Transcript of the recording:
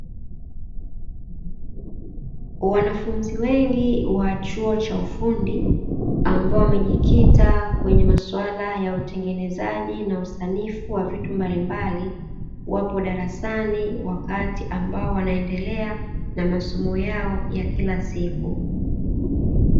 Wanafunzi wengi wa chuo cha ufundi ambao wamejikita kwenye masuala ya utengenezaji na usanifu wa vitu mbalimbali wapo darasani wakati ambao wanaendelea na masomo yao ya kila siku.